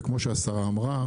כמו שהשרה אמרה,